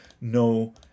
no